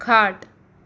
खाट